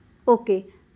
okay